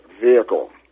vehicle